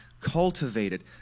cultivated